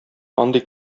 андый